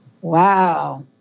Wow